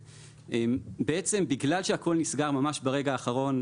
בגלל שהכול נסגר ממש ברגע האחרון,